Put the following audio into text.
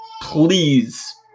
please